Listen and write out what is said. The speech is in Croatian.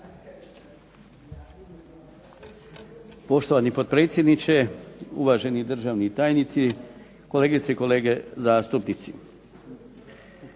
Poštovani potpredsjedniče, uvaženi državni tajnici, kolegice i kolege zastupnici.